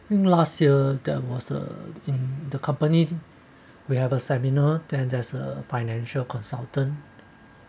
um last year that was a in the company we have a seminar than there's a financial consultant